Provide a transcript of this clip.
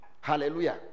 Hallelujah